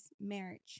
Marriage